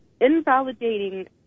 invalidating